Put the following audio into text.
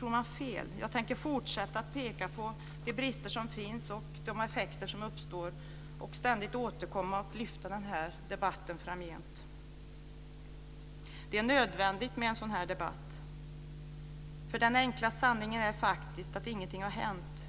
tror man fel. Jag tänker fortsätta att peka på de brister som finns, de effekter som uppstår och ständigt återkomma och lyfta debatten framgent. Det är nödvändigt med en sådan debatt. Den enkla sanningen är faktiskt att ingenting har hänt.